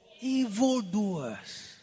evildoers